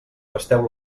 pasteu